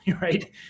right